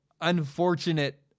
unfortunate